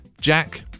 Jack